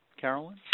Carolyn